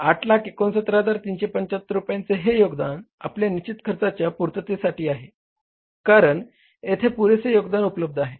869375 रुपयांचे हे योगदान आपल्या निश्चित खर्चाच्या पूर्ततेसाठी आहे कारण येथे पुरेसे योगदान उपलब्ध आहे